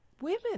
women